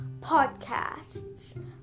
podcasts